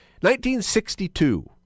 1962